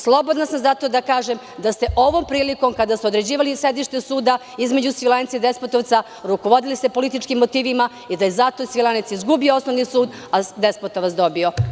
Slobodna sam zato da kažem da ste ovom prilikom, kada ste određivali sedište suda između Svilajnca i Despotovca, rukovodili se političkim motivima i da je zato Svilajnac izgubio osnovni sud a Despotovac dobio.